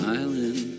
island